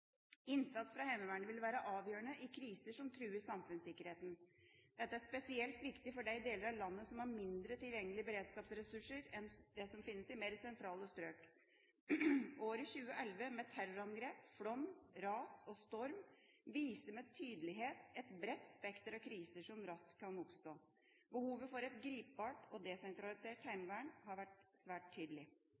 Innsats fra Heimevernet vil være avgjørende i kriser som truer samfunnssikkerheten. Dette er spesielt viktig for de deler av landet som har mindre tilgjengelige beredskapsressurser enn det som finnes i mer sentrale strøk. Året 2011 med terrorangrep, flom, ras og storm viser med tydelighet et bredt spekter av kriser som raskt kan oppstå. Behovet for et gripbart og desentralisert heimevern har vært svært tydelig.